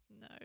no